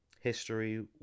history